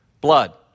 Blood